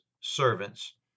servants